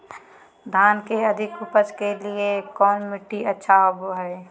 धान के अधिक उपज के लिऐ कौन मट्टी अच्छा होबो है?